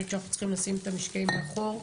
אני חושבת שצריך לשים את המשקעים מאחור,